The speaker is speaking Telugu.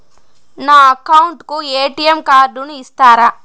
నా అకౌంట్ కు ఎ.టి.ఎం కార్డును ఇస్తారా